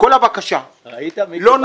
כל הבקשה לא נוגעת --- מיקי, ראית בעיניים?